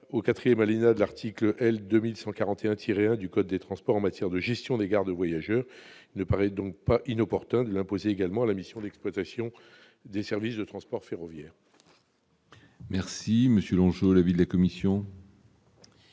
alinéa de l'article L. 2141-1 du code des transports en matière de gestion des gares de voyageurs. Il ne paraît donc pas inopportun de l'imposer également à la mission d'exploitation des services de transport ferroviaire. Quel est l'avis de la commission ?